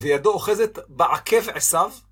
וידו אוחזת בעקב עשיו.